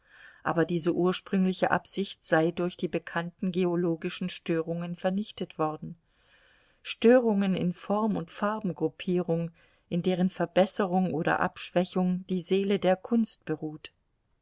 aber diese ursprüngliche absicht sei durch die bekannten geologischen störungen vernichtet worden störungen in form und farbengruppierung in deren verbesserung oder abschwächung die seele der kunst beruht